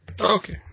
okay